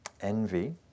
envy